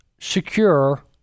secure